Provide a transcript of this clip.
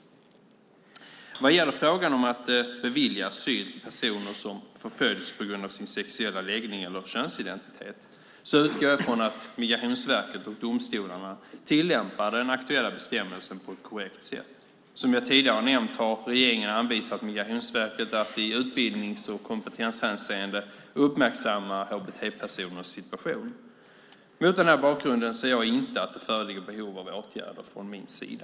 Vad gäller frågan om att bevilja asyl till personer som förföljs på grund av sin sexuella läggning eller könsidentitet så utgår jag från att Migrationsverket och domstolarna tillämpar den aktuella bestämmelsen på ett korrekt sätt. Som jag tidigare nämnt har regeringen anvisat Migrationsverket att i utbildnings och kompetenshänseende uppmärksamma hbt-personers situation. Mot den här bakgrunden ser jag inte att det föreligger behov av åtgärder från min sida.